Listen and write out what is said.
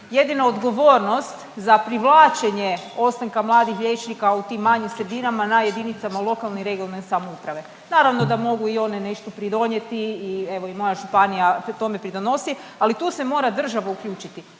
jedina odgovornost za privlačenje ostanka mladih liječnika u tim manjim sredinama je na JLRS. Naravno da mogu i one nešto pridonijeti i evo i moja županija tome pridonosi, ali tu se mora država uključiti.